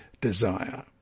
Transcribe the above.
desire